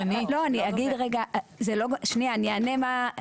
לא, אז אני, מה שאני רוצה להבין,